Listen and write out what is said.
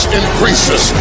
increases